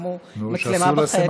ששמו מצלמה בחדר.